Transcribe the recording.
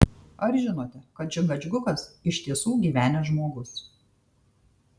ar žinote kad čingačgukas iš tiesų gyvenęs žmogus